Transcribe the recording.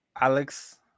Alex